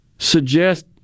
suggest